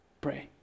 Pray